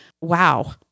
wow